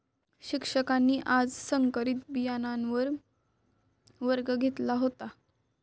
शिक्षकांनी आज संकरित बियाणांवर वर्ग घेतला होता